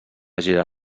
gira